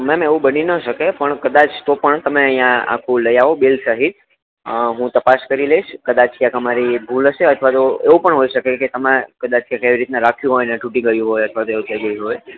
ma'am એવું બની શકે પણ કદાચ તો પણ તમે અહિયા આખું લઈ આવો બેલ્ટ સહિત હુ તપાસ કરી લઈશ કદાચ ક્યાંક અમારી ભૂલ હશે અથવા તો એવું પણ હોય શકે કે તમે કદાચ ક્યાંક એવી રીતના રાખ્યું હોય ને તૂટી ગયું હોય અથવા તે ફેકાઈ ગયું હોય